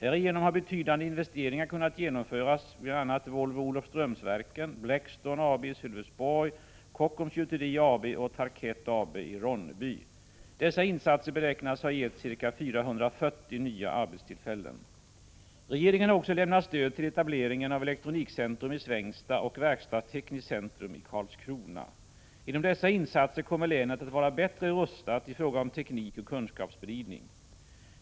Härigenom har betydande investeringar kunnat genomföras vid bl.a. Volvo-Olofströmsverken, Blackstone AB i Sölvesborg, Kockums Gjuteri AB och Tarkett AB i Ronneby. Dessa insatser beräknas ha gett ca 440 nya arbetstillfällen. Regeringen har också lämnat stöd till etableringen av Elektronikcentrum i Svängsta och Verkstadstekniskt centrum i Karlskrona. Genom dessa insatser kommer länet att vara bättre rustat i fråga om teknikoch kunskapsspridning.